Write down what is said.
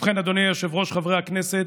ובכן, אדוני היושב-ראש, חברי הכנסת,